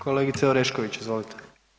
Kolegice Orešković, izvolite.